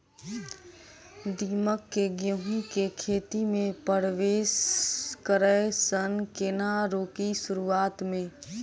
दीमक केँ गेंहूँ केँ खेती मे परवेश करै सँ केना रोकि शुरुआत में?